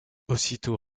aussitôt